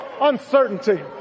uncertainty